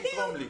שיתרום לי.